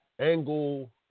angle